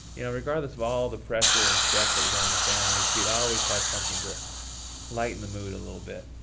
you know, regardless of all the pressure and stress that was on the family, she'd always have something to lighten the mood a little bit,